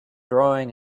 drawing